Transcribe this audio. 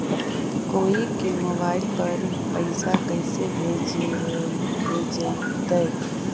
कोई के मोबाईल पर पैसा कैसे भेजइतै?